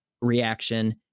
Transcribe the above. reaction